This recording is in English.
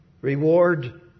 Reward